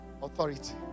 authority